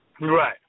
Right